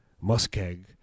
Muskeg